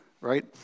Right